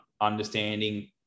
understanding